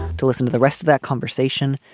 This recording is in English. to listen to the rest of that conversation.